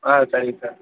ஆ சரிங்க சார்